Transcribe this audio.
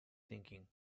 thinking